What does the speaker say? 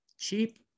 Cheap